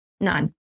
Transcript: none